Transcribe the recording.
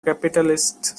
capitalist